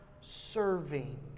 serving